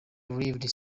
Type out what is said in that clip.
lived